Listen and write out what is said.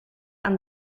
aan